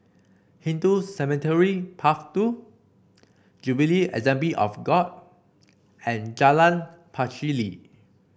Hindu Cemetery Path Two Jubilee Assembly of God and Jalan Pacheli